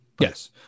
yes